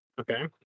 Okay